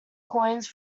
coins